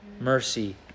mercy